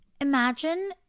Imagine